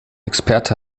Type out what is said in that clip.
experte